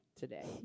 today